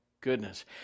goodness